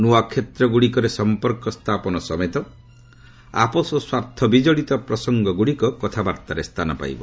ନୂଆ କ୍ଷେତ୍ରଗୁଡ଼ିକରେ ସମ୍ପର୍କ ସ୍ଥାପନ ସମେତ ଆପୋଷ ସ୍ୱାର୍ଥ ବିଜଡ଼ିତ ପ୍ରସଙ୍ଗଗୁଡ଼ିକ କଥାବାର୍ତ୍ତାରେ ସ୍ଥାନ ପାଇବ